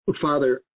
Father